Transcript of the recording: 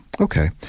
Okay